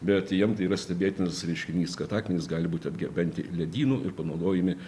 bet jiem tai yra stebėtinas reiškinys kad akmenys gali būti atgabenti ledynų ir panaudojami